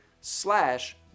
slash